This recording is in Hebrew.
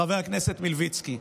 חבר הכנסת מלביצקי,